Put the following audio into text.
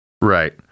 Right